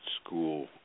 school